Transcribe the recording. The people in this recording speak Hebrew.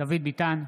דוד ביטן,